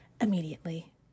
immediately